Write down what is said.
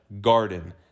garden